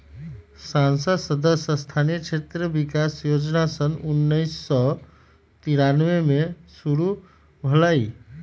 संसद सदस्य स्थानीय क्षेत्र विकास जोजना सन उन्नीस सौ तिरानमें में शुरु भेलई